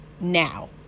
now